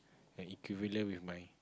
and it could relate with my